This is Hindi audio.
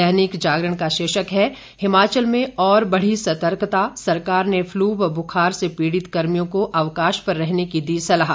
दैनिक जागरण का शीर्षक है हिमाचल में और बढ़ी सतर्कता सरकार ने फ्लू व बुखार से पीड़ित कर्मियों को अवकाश पर रहने की दी सलाह